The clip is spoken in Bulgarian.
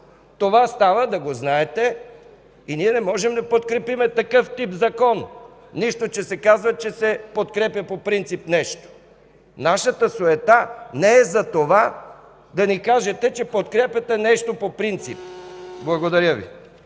Това става. Да го знаете! Ние не можем да подкрепим такъв тип закон, нищо, че се казва, че нещо се подкрепя по принцип. Нашата суета не е за това – да ни кажете, че подкрепяте нещо по принцип. Прегласуване.